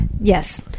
Yes